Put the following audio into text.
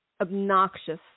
obnoxious